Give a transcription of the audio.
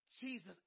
jesus